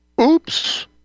Oops